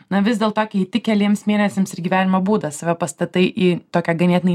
na vis dėlto keiti keliems mėnesiams ir gyvenimo būdą save pastatai į tokią ganėtinai